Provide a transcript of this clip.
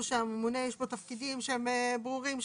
שהממונה יש לו תפקידים שהם ברורים,